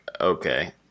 okay